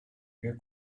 meer